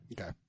Okay